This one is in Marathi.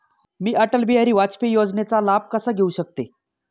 मी अटल बिहारी वाजपेयी योजनेचा लाभ कसा घेऊ शकते?